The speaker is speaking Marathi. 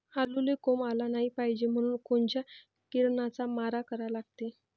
आलूले कोंब आलं नाई पायजे म्हनून कोनच्या किरनाचा मारा करा लागते?